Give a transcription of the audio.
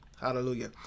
hallelujah